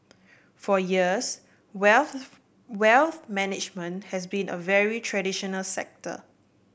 for years wealth management has been a very traditional sector